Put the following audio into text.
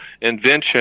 invention